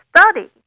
study